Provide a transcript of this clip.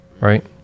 right